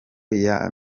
aya